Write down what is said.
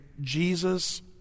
Jesus